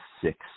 six